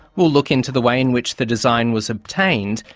we'll look into the way in which the design was obtained,